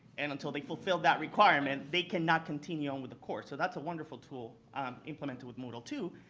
and until they fulfill that requirement, they cannot continue on with the course. so that's a wonderful tool implemented with moodle two.